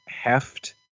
heft